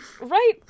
Right